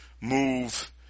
move